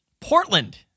Portland